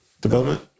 development